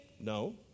No